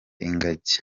ingagi